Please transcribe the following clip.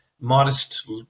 modest